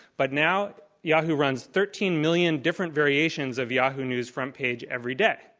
but now, yahoo runs thirteen million different variations of yahoo news front page every day.